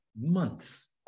months